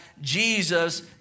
Jesus